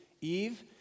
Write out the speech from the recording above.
Eve